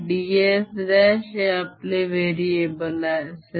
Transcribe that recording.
ds' हे आपले ' variable असेल